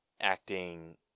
acting